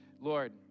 Lord